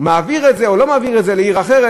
מעביר את זה או לא מעביר את זה לעיר אחרת,